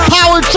Power